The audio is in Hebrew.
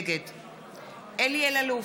נגד אלי אלאלוף,